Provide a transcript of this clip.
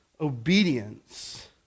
obedience